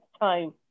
time